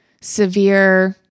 severe